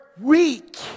weak